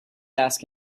ask